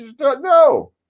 No